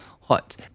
hot